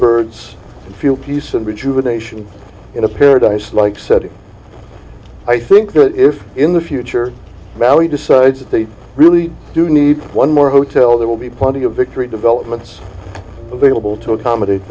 birds feel peace and rejuvenation in a paradise like setting i think that if in the future barry decides that they really do need one more hotel there will be plenty of victory developments available to accommodate